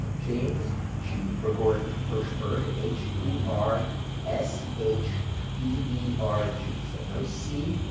james, g for gordon, hershberg, h e r s h b e r g. so no c,